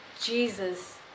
Jesus